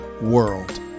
world